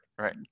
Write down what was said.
right